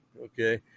okay